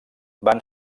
van